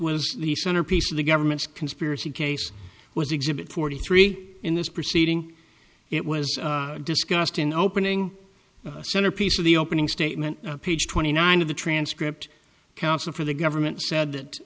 was the centerpiece of the government's conspiracy case was exhibit forty three in this proceeding it was discussed in opening the centerpiece of the opening statement page twenty nine of the transcript counsel for the government said that